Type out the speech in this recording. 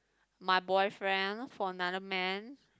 my boyfriend for another man